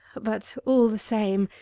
but, all the same.